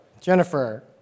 Jennifer